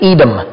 Edom